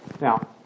Now